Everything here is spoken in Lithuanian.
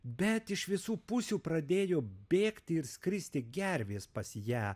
bet iš visų pusių pradėjo bėgti ir skristi gervės pas ją